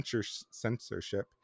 censorship